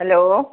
hello